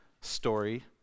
story